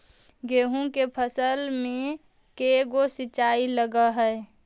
गेहूं के फसल मे के गो सिंचाई लग हय?